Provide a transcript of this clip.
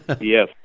Yes